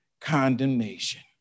Condemnation